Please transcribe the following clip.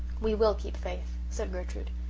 we will keep faith, said gertrude.